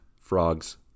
frogs